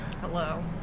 Hello